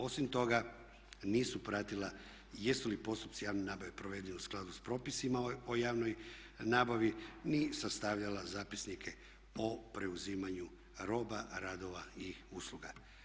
Osim toga nisu pratila jesu li postupci javne nabave provedeni u skladu sa propisima o javnoj nabavi ni sastavljala zapisnike o preuzimanju roba, radova i usluga.